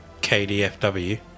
KDFW